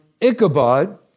Ichabod